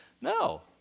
No